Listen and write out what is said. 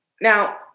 Now